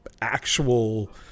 actual